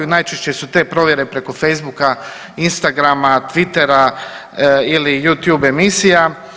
Najčešće su te provjere preko Facebooka, Instagrama, Twittera ili Youtube emisija.